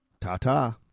Ta-ta